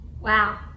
Wow